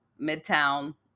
midtown